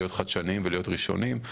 ולהיות חדשנים וראשונים.